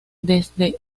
desde